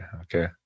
Okay